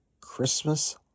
Christmas